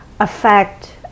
affect